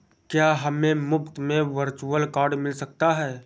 क्या हमें मुफ़्त में वर्चुअल कार्ड मिल सकता है?